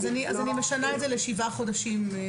אז אני משנה את זה לשבעה חודשים.